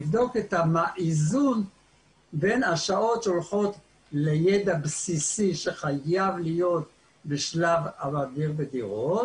האיזון בין השעות שהולכות לידע בסיסי שחייב להיות בשלב המדביר בדירות,